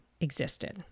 existed